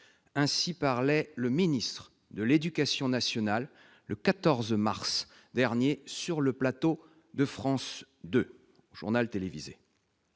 Ainsi parlait le ministre de l'éducation nationale le 14 mars dernier sur le plateau de France 2, au journal télévisé.